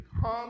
come